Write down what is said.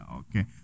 okay